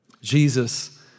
Jesus